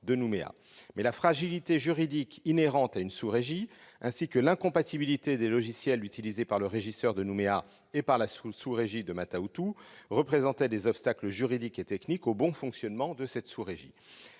de Nouméa. Mais la fragilité juridique inhérente à une sous-régie ainsi que l'incompatibilité des logiciels utilisés par le régisseur de Nouméa et par la sous-régie de Mata Utu représentaient des obstacles juridiques et techniques au bon fonctionnement de cette dernière.